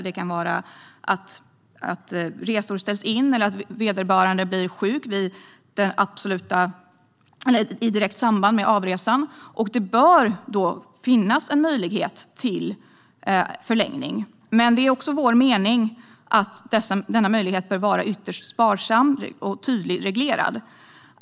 Det kan vara att resor ställs in eller att vederbörande blir sjuk i direkt samband med avresan. Det bör då finnas en möjlighet till förlängning. Men det är vår mening att denna möjlighet bör användas ytterst sparsamt och vara tydligt reglerad.